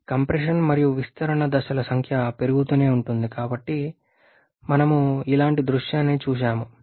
compression మరియు విస్తరణ దశల సంఖ్య పెరుగుతూనే ఉంటుంది కాబట్టి మనం ఇలాంటి దృశ్యాన్ని చూశాము